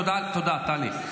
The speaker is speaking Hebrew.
תודה, טלי.